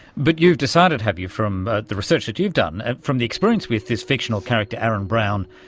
but you've decided, have you, from ah the research that you've done, from the experience with this fictional character, aaron brown,